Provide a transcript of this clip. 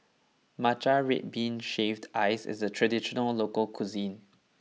Matcha Red Bean Shaved Ice is a traditional local cuisine